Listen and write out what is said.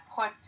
put